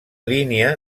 línia